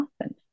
often